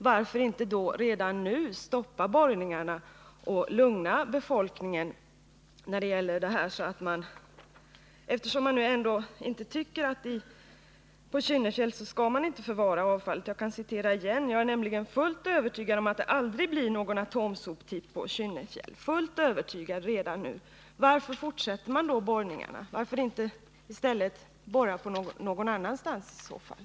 Varför inte då redan nu stoppa borrningarna och lugna befolkningen, eftersom man ändå inte tycker att man skall förvara avfallet på Kynnefjäll? Jag kan citera programrådet igen: ”Jag är nämligen fullt övertygad om att det aldrig blir någon atomsoptipp på Kynnefjäll ———.” Varför fortsätter man då borrningarna? Varför inte i stället borra någon annanstans i så fall?